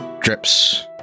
drips